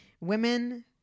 Women